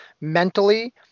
mentally